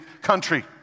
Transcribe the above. country